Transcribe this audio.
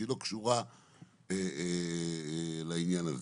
שהיא לא קשורה לעניין הזה.